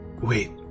Wait